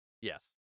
Yes